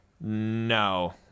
no